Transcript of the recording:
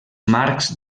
marcs